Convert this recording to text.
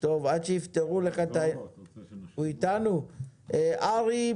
הצענו מאות ולקחו עשרות.